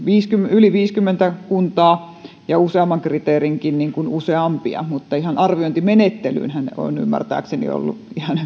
yli viisikymmentä kuntaa ja useammankin kriteerin useampi mutta ihan arviointimenettelyynhän on ymmärtääkseni